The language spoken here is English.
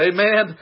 Amen